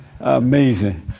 Amazing